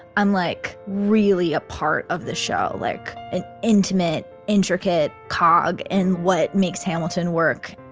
i'm like really a part of the show like an intimate, intricate cog in what makes hamilton work.